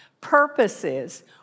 purposes